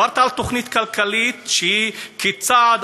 דיברת על תוכנית כלכלית שהיא צעד,